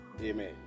Amen